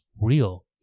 real